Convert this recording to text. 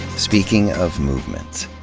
speaking of movements.